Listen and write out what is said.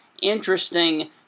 interesting